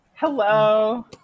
Hello